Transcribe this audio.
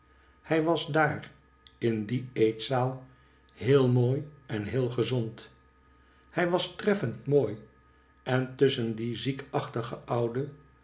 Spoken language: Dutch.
hij was daar in die eetzaal heel mooi en heel gezond hij was treffend mooi en tusschen die ziekachtige oude